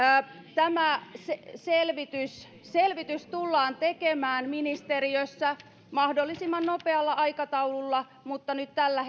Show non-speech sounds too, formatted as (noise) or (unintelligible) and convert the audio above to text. tämä selvitys selvitys tullaan tekemään ministeriössä mahdollisimman nopealla aikataululla mutta nyt tällä (unintelligible)